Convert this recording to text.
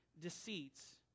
deceits